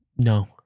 No